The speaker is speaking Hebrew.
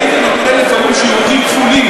הייתי נותן לפעמים שיעורים כפולים,